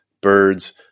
birds